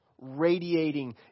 radiating